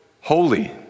holy